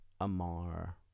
Amar